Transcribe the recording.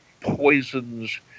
poisons